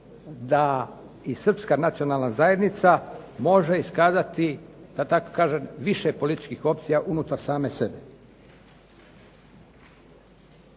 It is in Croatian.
da i srpska nacionalna zajednica može iskazati, da tako kažem, više političkih opcija unutar same sebe.